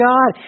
God